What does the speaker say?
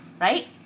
right